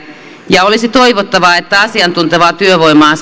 ja olisi toivottavaa että asiantuntevaa työvoimaa